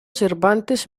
cervantes